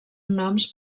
noms